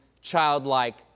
childlike